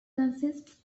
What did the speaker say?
consists